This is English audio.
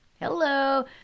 Hello